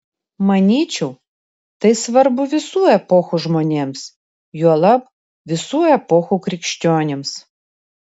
manyčiau tai svarbu visų epochų žmonėms juolab visų epochų krikščionims